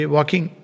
Walking